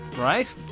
Right